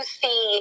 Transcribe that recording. see